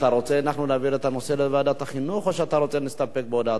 אתה רוצה להעביר את הנושא לוועדת החינוך או שאתה רוצה שנסתפק בהודעתך?